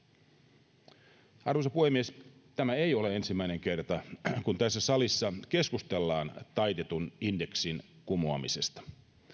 arvoisa puhemies tämä ei ole ensimmäinen kerta kun tässä salissa keskustellaan taitetun indeksin kumoamisesta